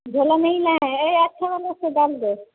झोला नहीं लाए हैं अच्छा वाला उसे डाल दो